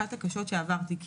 אחת הקשות שעברתי.